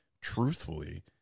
truthfully